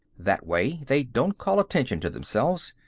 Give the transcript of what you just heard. that way they don't call attention to themselves.